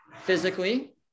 physically